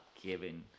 giving